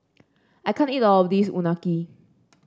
I can't eat all of this Unagi